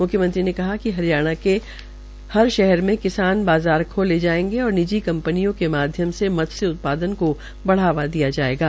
मुख्यमंत्री ने कहा कि हरियाणा के हर शहर में किसान बाज़ार खोले जायेंगे और निजी कंपनियों के माध्यम से मत्सय उत्पादन को बढ़ावा दिया जायेगा